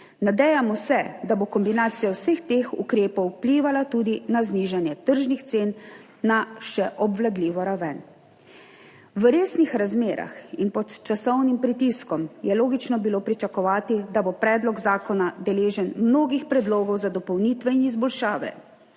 Nadejamo se, da bo kombinacija vseh teh ukrepov vplivala tudi na znižanje tržnih cen na še obvladljivo raven. V resnih razmerah in pod časovnim pritiskom je bilo logično pričakovati, da bo predlog zakona deležen mnogih predlogov za dopolnitve in izboljšav.